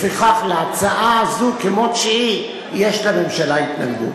לפיכך, להצעה הזו כמות שהיא יש לממשלה התנגדות.